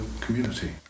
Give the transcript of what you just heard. community